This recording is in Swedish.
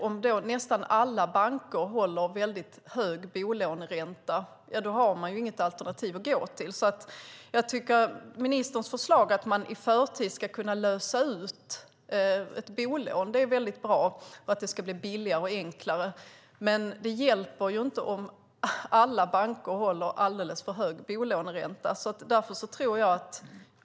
Om nästan alla banker håller hög bolåneränta finns inget alternativ att gå till. Ministerns förslag att det ska bli billigare och enklare att i förtid lösa ut ett bolån är bra. Men det hjälper inte om alla banker håller alldeles för hög bolåneränta.